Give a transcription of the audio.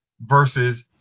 versus